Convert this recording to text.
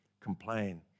complain